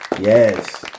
yes